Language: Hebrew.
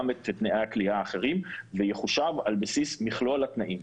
גם את תנאי הכליאה האחרים ויחושב על בסיס מכלול התנאים,